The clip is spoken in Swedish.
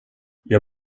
jag